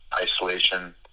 isolation